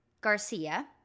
garcia